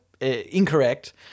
incorrect